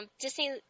Disney